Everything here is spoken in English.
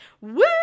Woo